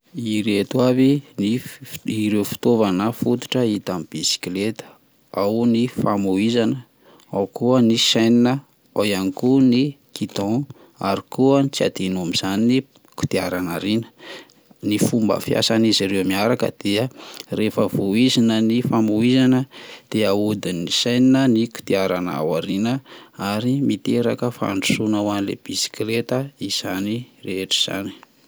Ireto avy ny f- ireo fitaovana fototra hita amin'ny bisikileta ao ny famohizana, ao koa ny chaine, ao ihany koa ny gidon, ary koa tsy adino amin'izany ny kodarana aorina, ny fomba fiasan'izy reo miaraka dia rehefa vohizina ny famohizana dia ahodin'ny cheine ny kodiarana ao aoriana ary miteraka fandrosoana hoan'ny le bisikileta izany rehetra izany.